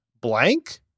blank